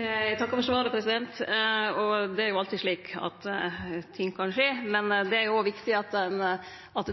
Eg takkar for svaret. Det er alltid slik at ting kan skje, men det er òg viktig at